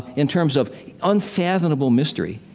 in terms of unfathomable mystery.